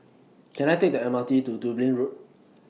Can I Take The M R T to Dublin Road